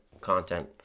content